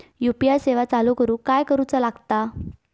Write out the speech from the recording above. UPI सेवा चालू करूक काय करूचा लागता?